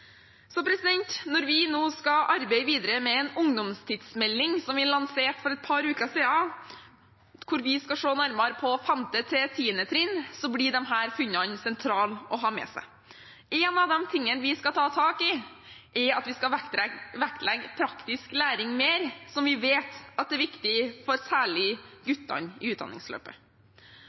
Så når vi nå skal arbeide videre med en ungdomstidsmelding som ble lansert for et par uker siden, hvor vi skal se nærmere på 5.–10. trinn, blir disse funnene sentrale å ha med seg. En av de tingene vi skal ta tak i, er at vi skal vektlegge praktisk læring mer, noe vi vet er viktig for særlig guttene i utdanningsløpet.